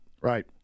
Right